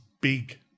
big